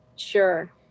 Sure